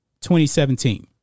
2017